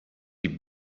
die